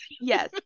Yes